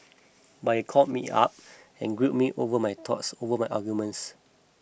but he called me up and grilled me over my thoughts over my arguments